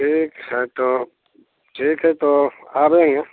ठीक है तो ठीक है तो आ जाएँगे